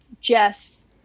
Jess